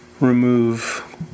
remove